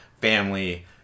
family